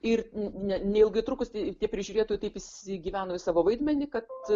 ir ne neilgai trukus ir tie prižiūrėtojai taip įsigyveno į savo vaidmenį kad